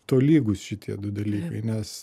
tolygūs šitie du dalykai nes